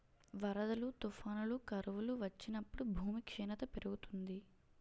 వరదలు, తుఫానులు, కరువులు వచ్చినప్పుడు భూమి క్షీణత పెరుగుతుంది